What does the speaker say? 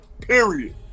Period